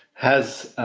has